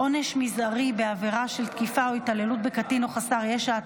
(עונש מזערי בעבירה של תקיפה או התעללות בקטין או חסר ישע),